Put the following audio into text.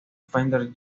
fender